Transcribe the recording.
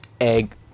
egg